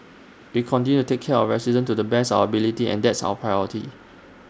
we continue take care of our residents to the best of our ability and that's our priority